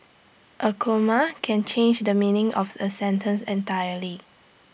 A comma can change the meaning of A sentence entirely